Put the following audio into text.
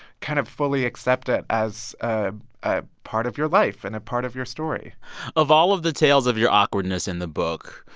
kind of fully accept it as ah a part of your life and a part of your story of all of the tales of your awkwardness in the book,